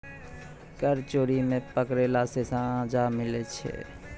कर चोरी मे पकड़ैला से सजा मिलै छै